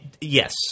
Yes